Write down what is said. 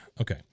okay